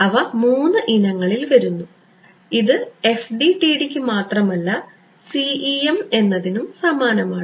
അവ മൂന്ന് ഇനങ്ങളിൽ വരുന്നു ഇത് FDTD ക്ക് മാത്രമല്ല CEM എന്നതിനും സമാനമാണ്